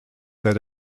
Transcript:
that